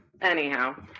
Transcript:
Anyhow